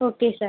okay sir